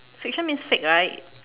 fiction means fake right